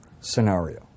scenario